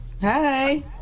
Hi